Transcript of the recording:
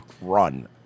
Run